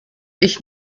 ich